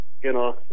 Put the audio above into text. Genau